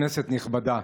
הצבעתי